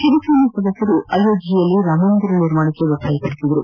ಶಿವಸೇನಾ ಸದಸ್ವರು ಅಯೋಧ್ಯೆಯಲ್ಲಿ ರಾಮಮಂದಿರ ನಿರ್ಮಾಣಕ್ಕೆ ಒತ್ತಾಯಿಸಿದರು